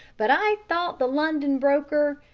but i thought the london broker.